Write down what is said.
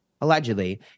allegedly